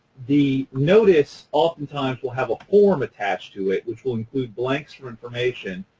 the notice oftentimes will have a form attached to it, which will include blanks for information,